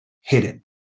hidden